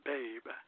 Babe